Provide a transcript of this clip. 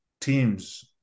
Teams